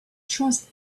trust